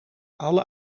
alle